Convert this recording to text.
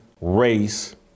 race